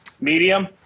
medium